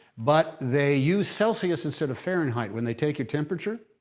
but they use celsius instead of fahrenheit when they tick your temperature.